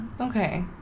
Okay